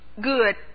good